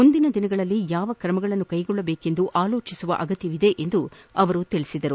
ಮುಂದಿನ ದಿನಗಳಲ್ಲಿ ಯಾವ ಕ್ರಮಗಳನ್ನು ಕೈಗೊಳ್ಳಬೇಕೆಂದು ಆಲೋಚಿಸುವ ಅಗತ್ಯವಿದೆ ಎಂದು ಅವರು ತಿಳಿಸಿದರು